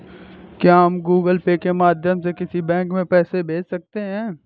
क्या हम Google Pay के माध्यम से किसी बैंक को पैसे भेज सकते हैं?